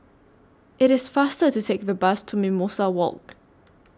IT IS faster to Take The Bus to Mimosa Walk